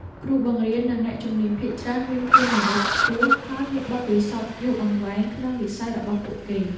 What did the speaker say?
គ្រូបង្រៀននិងអ្នកជំនាញភាគច្រើនមានគុណវុឌ្ឍិខ្ពស់ ហើយមានបទពិសោធន៍យូរអង្វែងក្នុងវិស័យរបស់ពួកគេ។